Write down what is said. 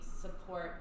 support